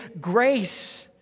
grace